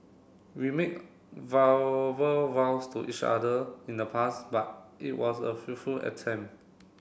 we made vows to each other in the past but it was a attempt